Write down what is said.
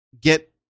get